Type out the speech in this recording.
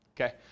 okay